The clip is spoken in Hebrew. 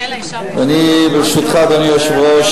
אני, ברשותך, אדוני היושב-ראש,